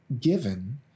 given